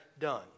done